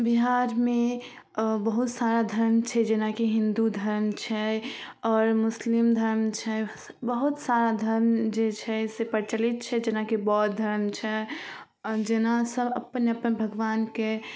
बिहारमे बहुत सारा धर्म छै जेनाकि हिन्दू धर्म छै आओर मुसलिम धर्म छै बहुत सारा धर्म जे छै से प्रचलित छै जेनाकि बौद्ध धर्म छै जेना सभ अपन अपन भगवानके